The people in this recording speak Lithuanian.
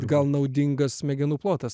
gal naudingas smegenų plotas